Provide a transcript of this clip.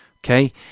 Okay